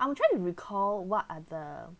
I'm trying to recall what are the